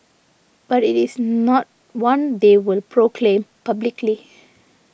but it is not one they will proclaim publicly